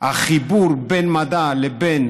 החיבור בין מדע לבין